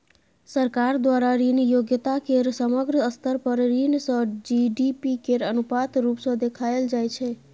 सरकार द्वारा ऋण योग्यता केर समग्र स्तर पर ऋण सँ जी.डी.पी केर अनुपात रुप सँ देखाएल जाइ छै